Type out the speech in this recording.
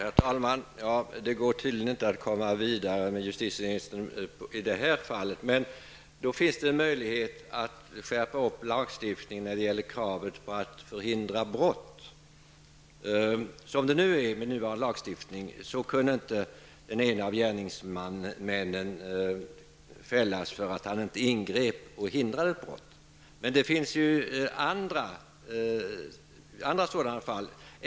Herr talman! Det går tydligen inte att komma vidare när det gäller det här fallet, justitieministern. Då finns det en möjlighet att skärpa lagstiftningen när det gäller kravet på att förhindra brott. Med den nuvarande lagstiftningen kunde inte den ena gärningsmannen fällas för att han inte ingrep och förhindrade ett brott. Det finns andra sådana fall.